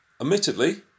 Admittedly